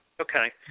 Okay